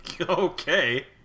Okay